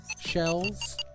shells